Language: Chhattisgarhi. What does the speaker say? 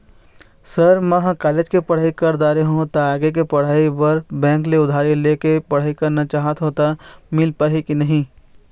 सर म ह कॉलेज के पढ़ाई कर दारें हों ता आगे के पढ़ाई बर बैंक ले उधारी ले के पढ़ाई करना चाहत हों ता मोला मील पाही की नहीं?